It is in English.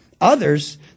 Others